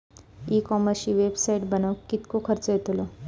E कॉमर्सची website बनवक किततो खर्च येतलो?